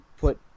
put